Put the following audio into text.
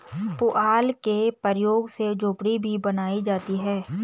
पुआल के प्रयोग से झोपड़ी भी बनाई जाती है